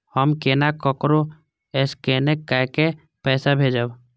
हम केना ककरो स्केने कैके पैसा भेजब?